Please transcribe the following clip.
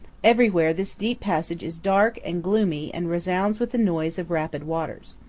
everywhere this deep passage is dark and gloomy and resounds with the noise of rapid waters.